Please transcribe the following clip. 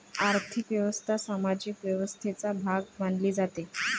आर्थिक व्यवस्था सामाजिक व्यवस्थेचा भाग मानली जाते